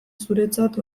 zuretzat